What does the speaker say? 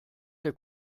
der